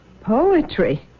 Poetry